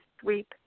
sweep